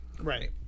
right